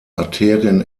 arterien